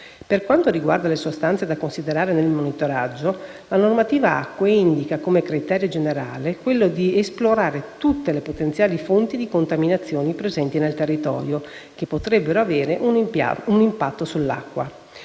Per quanto riguarda le sostanze da considerare nel monitoraggio, la normativa acque indica come criterio generale quello di esplorare tutte le potenziali fonti di contaminazione presenti sul territorio, che potrebbero avere un impatto sulle acque.